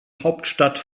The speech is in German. hauptstadt